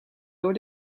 door